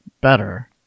better